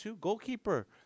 goalkeeper